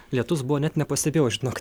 lietus buvo net nepastebėjau žinok